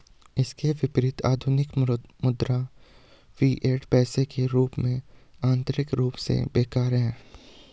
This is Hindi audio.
इसके विपरीत, आधुनिक मुद्रा, फिएट पैसे के रूप में, आंतरिक रूप से बेकार है